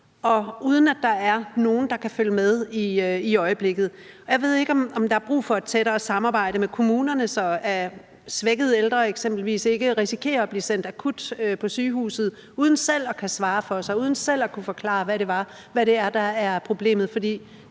uden at der er nogen, der kan følge med, i øjeblikket. Jeg ved ikke, om der er brug for et tættere samarbejde med kommunerne, så svækkede ældre eksempelvis ikke risikerer at blive sendt akut på sygehuset uden selv at kunne svare for sig, uden selv at kunne forklare, hvad det er, der er problemet,